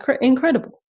incredible